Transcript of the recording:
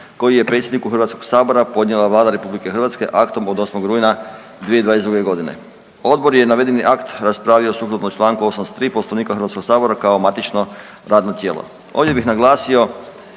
koji je predsjedniku Hrvatskog sabora podnijela Vlada RH aktom od 8. rujna 2022. godine. Odbor je navedeni akt raspravio sukladno Članku 83. Poslovnika Hrvatskog sabora kao matično radno tijelo. Ovdje bih naglasio